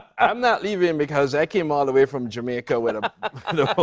i'm not leaving, because i came all the way from jamaica with um um the